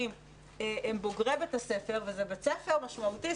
הם בוגרי בית הספר וזה בית ספר משמעותי,